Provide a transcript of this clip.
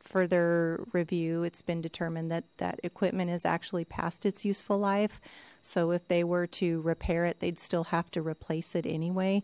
further review it's been determined that that equipment has actually passed its useful life so if they were to repair it they'd still have to replace it anyway